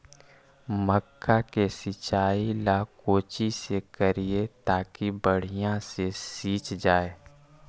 मक्का के सिंचाई ला कोची से करिए ताकी बढ़िया से सींच जाय?